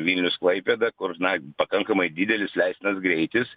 vilnius klaipėda kur na pakankamai didelis leistinas greitis